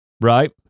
right